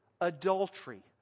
adultery